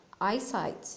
eyesight